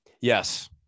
yes